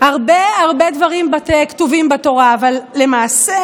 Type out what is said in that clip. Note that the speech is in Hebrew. הרבה הרבה דברים כתובים בתורה, אבל למעשה